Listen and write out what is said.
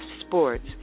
Sports